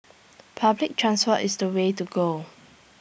public transport is the way to go